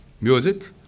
music